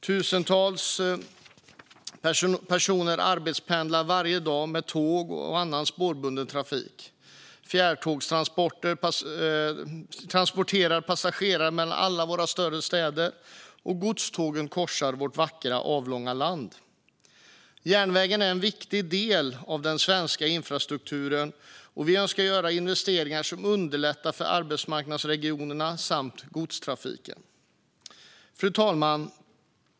Tusentals personer arbetspendlar varje dag med tåg och annan spårbunden trafik, fjärrtåg transporterar passagerare mellan alla våra större städer och godstågen korsar vårt vackra, avlånga land. Järnvägen är en viktig del av den svenska infrastrukturen, och vi önskar göra investeringar som underlättar för arbetsmarknadsregionerna samt godstrafiken. Fru talman!